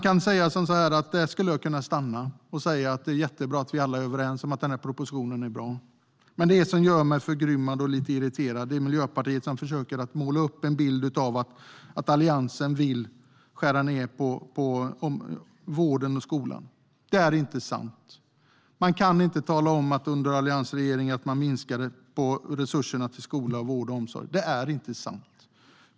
Jag skulle kunna avsluta här och säga att det är jättebra att vi alla är överens om att propositionen är bra. Men det som gör mig förgrymmad och lite irriterad är Miljöpartiet, som försöker måla upp en bild av att Alliansen vill skära ned på vården och skolan. Det är inte sant. Man kan inte tala om att resurserna till skola och vård minskade under alliansregeringen. Det är inte sant.